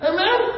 Amen